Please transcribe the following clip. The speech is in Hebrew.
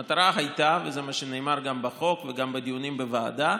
המטרה, וזה מה שנאמר גם בחוק וגם בדיונים בוועדה,